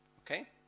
okay